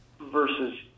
versus